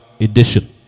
Edition